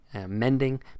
mending